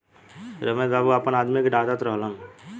रमेश बाबू आपना आदमी के डाटऽत रहलन